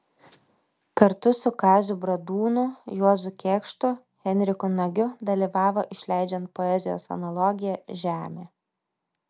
kartu su kaziu bradūnu juozu kėkštu henriku nagiu dalyvavo išleidžiant poezijos antologiją žemė